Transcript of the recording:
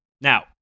Now